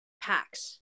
packs